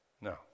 No